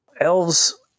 Elves